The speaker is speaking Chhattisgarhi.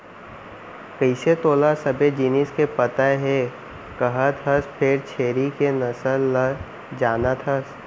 कइसे तोला सबे जिनिस के पता हे कहत हस फेर छेरी के नसल ल जानत हस?